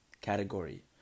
category